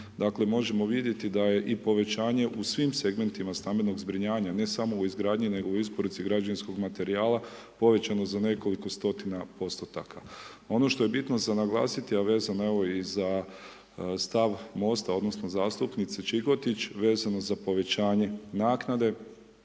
Dakle, možemo vidjeti da je i povećanje u svim segmentima stambenog zbrinjavanja, ne samo u izgradnji, nego u isporuci građevinskog materijala, povećano za nekoliko stotina postotaka. Ono što je bitno za naglasiti, a vezano, evo i za stav Mosta odnosno zastupnice Čikotić vezano za povećanje naknade.